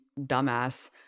dumbass